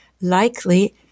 likely